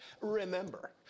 Remember